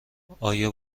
آیا